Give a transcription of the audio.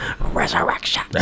Resurrection